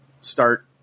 start